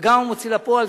וגם המוציא לפועל,